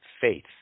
faith